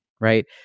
right